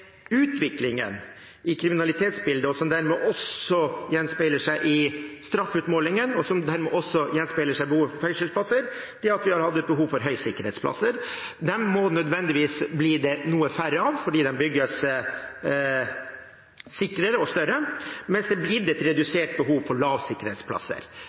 utviklingen i kriminalitetsbildet, som gjenspeiler seg i straffeutmålingen, og som dermed også gjenspeiler seg i behovet for fengselsplasser, er at vi har hatt behov for høysikkerhetsplasser. Dem må det nødvendigvis bli noen færre av, fordi det bygges sikrere og større, mens behovet for lavsikkerhetsplasser er blitt redusert, fordi vi har innført nye soningsforhold, bl.a. fotlenker. Det